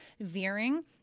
veering